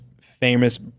famous